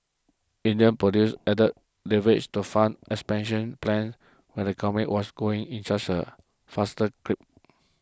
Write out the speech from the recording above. Indian producers added leverage to fund expansion plans when the economy was growing faster clip